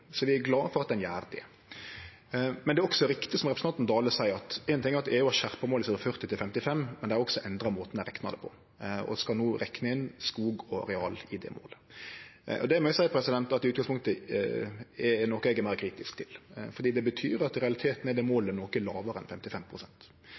Så vi er glade for at ein gjer det. Men det er også riktig, som representanten Dale seier, at éin ting er at EU har skjerpa målet sitt frå 40 pst. til 55 pst., men dei har også endra måten dei reknar det på, og dei skal no rekne inn skog og areal i det målet. Det må eg seie at er noko eg i utgangspunktet er meir kritisk til, for det betyr at i realiteten er det